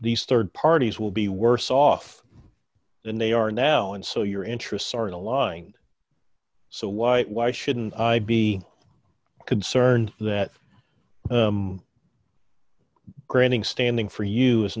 these rd parties will be worse off than they are now and so your interests are aligned so why why shouldn't i be concerned that granting standing for you is